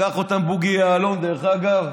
לקח אותם בוגי יעלון, דרך אגב,